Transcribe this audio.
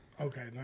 Okay